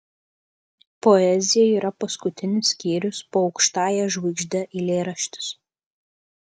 poezija yra paskutinis skyriaus po aukštąja žvaigžde eilėraštis